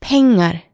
Pengar